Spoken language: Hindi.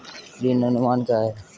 ऋण अनुमान क्या है?